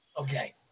Okay